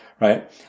Right